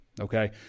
okay